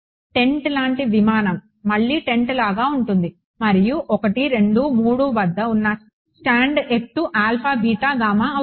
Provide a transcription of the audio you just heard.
tent లాంటి విమానం మళ్లీ టెంట్ లాగా ఉంటుంది మరియు 1 2 మరియు 3 వద్ద ఉన్న స్టాండ్ ఎత్తు ఆల్ఫా బీటా గామా అవుతుంది